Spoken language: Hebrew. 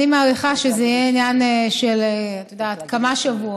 אני מעריכה שזה יהיה עניין של כמה שבועות.